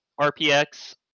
RPX